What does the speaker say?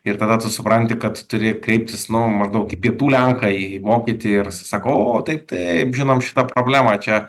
ir tada tu supranti kad turi kreiptis nu maždaug į pietų lenką į vokietį ir sako o taip taip žinom šitą problemą čia